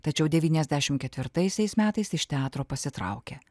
tačiau devyniasdešimt ketvirtaisiais metais iš teatro pasitraukė